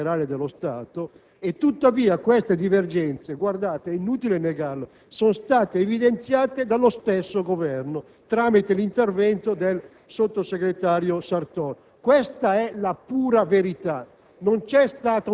in Commissione, delle divergenze con la Ragioneria generale dello Stato, tuttavia tali divergenze - è inutile negarlo - sono state evidenziate dallo stesso Governo tramite l'intervento del sottosegretario Sartor.